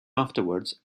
afterwards